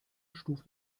stuft